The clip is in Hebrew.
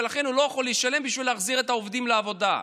ולכן הוא לא יכול לשלם בשביל להחזיר את העובדים לעבודה.